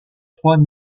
trois